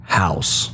house